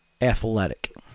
athletic